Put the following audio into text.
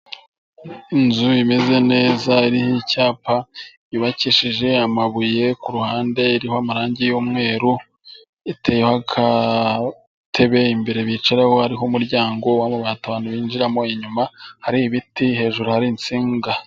Inzu imeze neza iriho icyapa, yubakishije amabuye, ku ruhande iriho amarangi y'umweru, iteyeho agatebe imbere bicaraho, hariho umuryango w'amabati abantu binjiramo, inyuma hari ibiti, hejuru hari insinga.